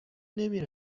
نمی